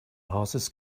horses